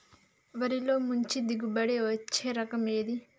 వరిలో మంచి దిగుబడి ఇచ్చే రకం ఏది?